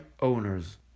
owners